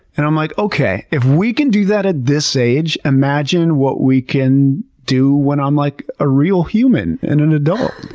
and i'm like, okay, if we can do that at this age, imagine what we can do when i'm, like, a real human and an adult.